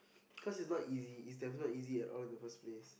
cause it's not easy it's definitely easy at all in the first place